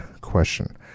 question